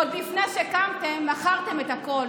עוד לפני שהקמתם, מכרתם את הכול.